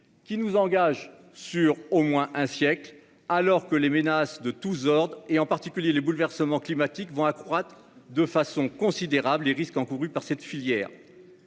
qui nous engagent pour au moins un siècle, alors que les menaces de tous ordres, en particulier les bouleversements climatiques, vont accroître de façon considérable les risques encourus par cette filière.